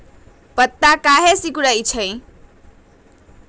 पत्ता काहे सिकुड़े छई?